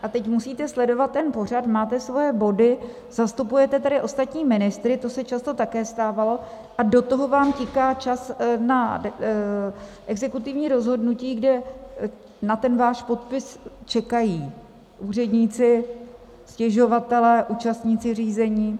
A teď musíte sledovat ten pořad, máte svoje body, zastupujete tady ostatní ministry, to se často také stávalo, a do toho vám tiká čas na exekutivní rozhodnutí, kde na váš podpis čekají úředníci, stěžovatelé, účastníci řízení.